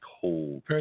Cold